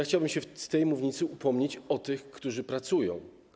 Chciałbym się z tej mównicy upomnieć o tych, którzy pracują.